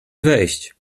wejść